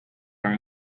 are